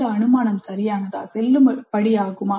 இந்த அனுமானம் சரியானதா செல்லுபடியாகுமா